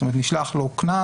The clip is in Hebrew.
זאת אומרת נשלח לו קנס,